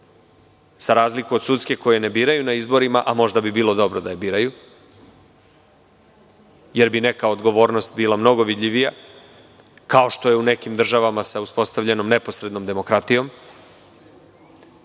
za razliku od sudske koju ne biraju na izborima, a možda bi bilo dobro da je biraju jer bi neka odgovornost bila mnogo vidljivija, kao što je u nekim državama sa uspostavljenom neposrednom demokratijom?